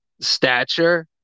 stature